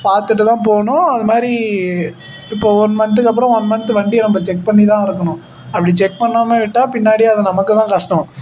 பார்த்துட்டு தான் போகணும் அது மாதிரி இப்போ ஒன் மந்த்துக்கு அப்புறம் ஒன் மந்த்து வண்டியை நம்ம செக் பண்ணி தான் எடுக்கணும் அப்படி செக் பண்ணாமல் விட்டால் பின்னாடி அது நமக்கு தான் கஷ்டம்